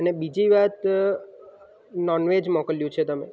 અને બીજી વાત નોનવેજ મોકલ્યું છે તમે